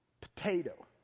potato